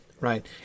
right